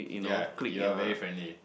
ya you are very friendly